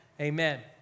Amen